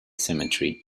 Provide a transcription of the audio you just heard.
cemetery